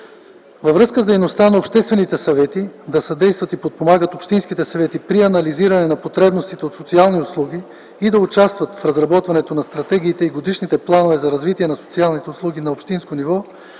Във връзка с дейността на обществените съвети – да съдействат и подпомагат общинските съвети при анализиране на потребностите от социални услуги и да участват в разработването на стратегиите и годишните планове за развитие на социалните услуги на общинско ниво,